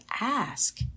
ask